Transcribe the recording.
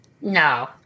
No